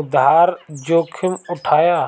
उधार जोखिम उठाया